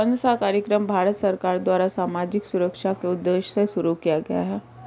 कौन सा कार्यक्रम भारत सरकार द्वारा सामाजिक सुरक्षा के उद्देश्य से शुरू किया गया है?